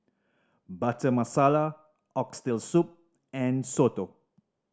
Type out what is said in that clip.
Butter Masala Oxtail Soup and soto